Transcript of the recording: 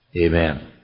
amen